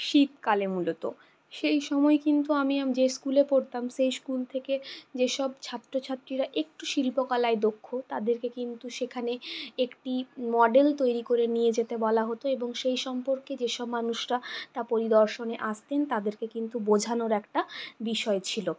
শীতকালে মূলত সেই সময় কিন্তু আমি যে স্কুলে পড়তাম সেই স্কুল থেকে যেসব ছাত্রছাত্রীরা একটু শিল্পকলায় দক্ষ তাদের কে কিন্তু সেখানে একটি মডেল তৈরি করে নিয়ে যেতে বলা হতো এবং সেই সম্পর্কে যেসব মানুষেরা তা পরিদর্শনে আসতেন তাদের কে কিন্তু বোঝানোর একটা বিষয় ছিল